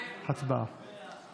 ההצעה להעביר את